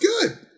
good